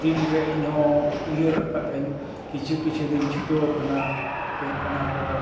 ᱫᱤᱱᱨᱮ ᱤᱧᱦᱚᱸ ᱩᱭᱦᱟᱹᱨ ᱟᱠᱟᱫᱟᱹᱧ ᱠᱤᱪᱷᱩᱼᱠᱤᱪᱷᱩ ᱫᱚᱧ ᱪᱷᱩᱴᱟᱹᱣ ᱟᱠᱟᱱᱟ ᱠᱟᱹᱡ ᱚᱱᱟᱠᱚ